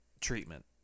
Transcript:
Treatment